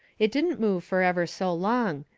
it didn't move fur ever so long.